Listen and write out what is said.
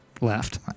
left